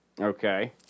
Okay